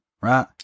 Right